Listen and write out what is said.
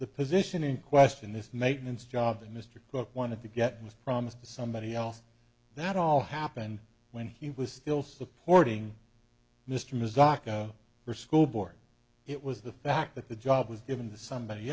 the position in question this maintenance job that mr cook wanted to get was promised to somebody else that all happened when he was still supporting mr masako for school board it was the fact that the job was given the somebody